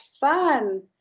fun